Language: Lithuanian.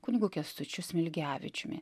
kunigu kęstučiu smilgevičiumi